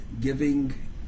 giving